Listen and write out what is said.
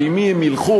ועם מי הם ילכו,